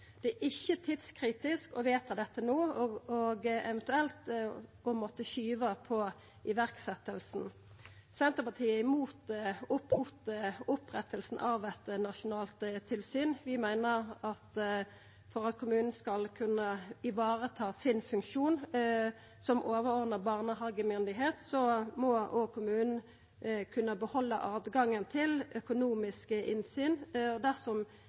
Det er ikkje tidskritisk å vedta dette no, og eventuelt å måtta skyva på iverksetjinga. Senterpartiet er imot opprettinga av eit nasjonalt tilsyn. Vi meiner at for at kommunen skal kunna vareta sin funksjon som overordna barnehagemyndigheit, må òg kommunen kunna behalda moglegheita til økonomisk innsyn